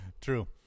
true